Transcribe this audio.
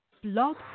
Blog